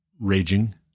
raging